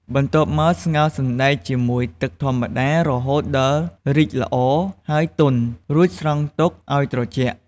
បន្ទាប់មក ស្ងោរសណ្ដែកជាមួយទឹកធម្មតា រហូតដល់រីកល្អហើយទន់ រួចស្រង់ទុកឲ្យត្រជាក់។